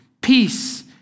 peace